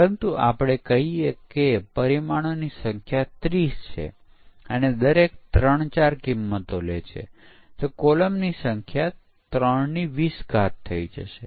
જેમ જેમ ગ્રાહકો તેનો ઉપયોગ કરે અને ભૂલોનો અહેવાલ આપે છે તેમ તેમ વધુ ભૂલો દૂર થાય છે પરંતુ પછી બદલાવને કારણે નવી ભૂલો પણ રજૂ થાય છે